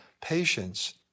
patience